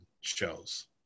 shows